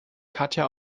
katja